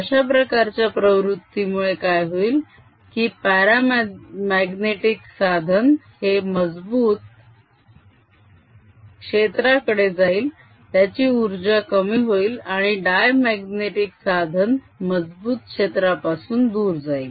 अशा प्रकारच्या प्रवृतीमुळे काय होईल की प्यारामाग्नेटीक साधन हे मजबूत क्षेत्राकडे जाईल त्याची उर्जा कमी होईल आणि डायमाग्नेटीक साधन मजबूत क्षेत्रापासून दूर जाईल